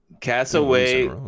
Castaway